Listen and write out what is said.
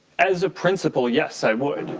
as a principle, yes, i would.